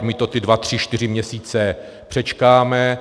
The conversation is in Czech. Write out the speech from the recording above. My to ty dva tři čtyři měsíce přečkáme.